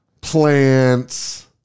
plants